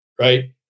Right